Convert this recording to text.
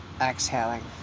Exhaling